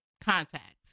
contact